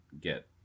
get